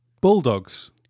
bulldogs